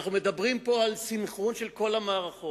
אנחנו מדברים פה על סנכרון של כל המערכות.